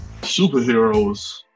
superheroes